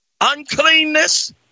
uncleanness